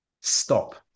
stop